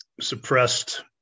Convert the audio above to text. suppressed